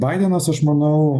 baidenas aš manau